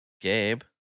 Gabe